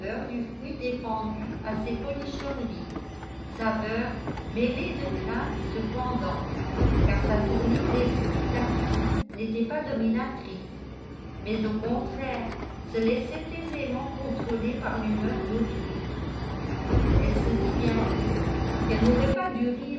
du fruit défendu à ses folichonneries saveur mêlée de crainte cependant car sa tournure d'esprit taquine n'était pas dominatrice mais au contraire se laissait aisément contrôler par l'humeur d'autrui elle se dit bientôt qu'elle n'aurait pas dû rire